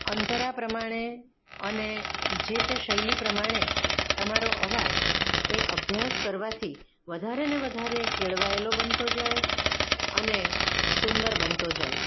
અંતરા પ્રમાણે અને જે તે શૈલી પ્રમાણે તમારો અવાજ એ અભ્યાસ કરવાથી વધારે ને વધારે કેળવાયેલો બનતો જાય અને સુંદર બનતો જાય